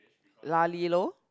lah li lor